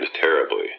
terribly